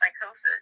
psychosis